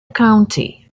county